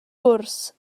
gwrs